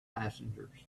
passengers